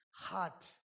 heart